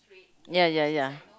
ya ya ya